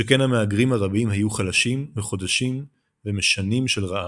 שכן המהגרים הרבים היו חלשים מחודשים ומשנים של רעב,